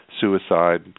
suicide